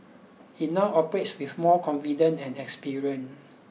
it now operates with more confidence and experience